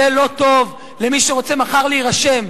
זה לא טוב למי שרוצים מחר להירשם,